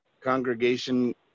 congregation